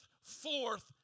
forth